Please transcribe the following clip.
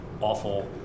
awful